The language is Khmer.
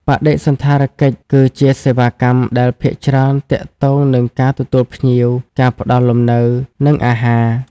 បដិសណ្ឋារកិច្ចគឺជាសេវាកម្មដែលភាគច្រើនទាក់ទងនឹងការទទួលភ្ញៀវ ការផ្តល់លំនៅ និងអាហារ។